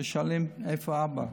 ששואלים: איפה אבא.